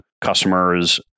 customers